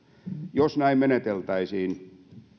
jos näin meneteltäisiin